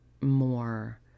more